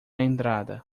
entrada